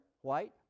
white